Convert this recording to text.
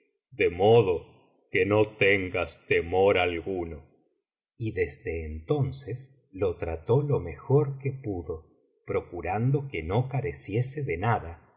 de modo que no tengas temor alguno y desde entonces lo trató lo mejor que pudo procurando que no careciese de nada